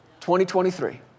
2023